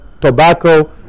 tobacco